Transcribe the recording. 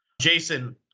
Jason